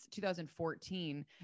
2014